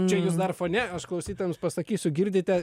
čia jūs dar fone aš klausytojams pasakysiu girdite